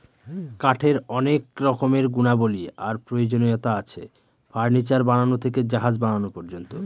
কাঠের অনেক রকমের গুণাবলী আর প্রয়োজনীয়তা আছে, ফার্নিচার বানানো থেকে জাহাজ বানানো পর্যন্ত